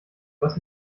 was